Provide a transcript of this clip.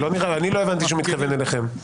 אני לא הבנתי שהוא מתכוון אליכם.